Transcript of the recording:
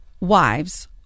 wives